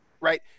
right